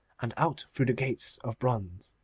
and out through the gates of bronze,